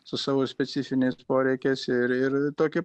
su savo specifiniais poreikiais ir ir toki